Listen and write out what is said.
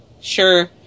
Sure